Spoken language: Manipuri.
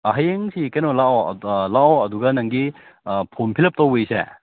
ꯍꯌꯦꯡꯁꯤ ꯀꯩꯅꯣ ꯂꯥꯛꯑꯣ ꯂꯥꯛꯑꯣ ꯑꯗꯨꯒ ꯅꯪꯒꯤ ꯐꯣꯔꯝ ꯐꯤꯜ ꯑꯞ ꯇꯧꯕꯒꯤꯁꯦ